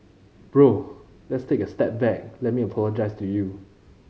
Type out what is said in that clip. bro let's take a step back let me apologise to you